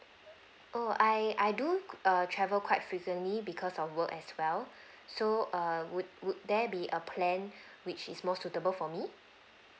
oh I I do err travel quite frequently because of work as well so err would would there be a plan which is more suitable for me